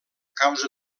causa